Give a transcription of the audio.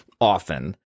often